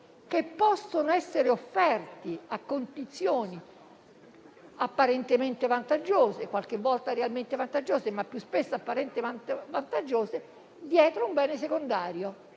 che possono essere offerti a condizioni apparentemente vantaggiose, qualche volta realmente vantaggiose (ma più spesso apparentemente vantaggiose), dietro un bene secondario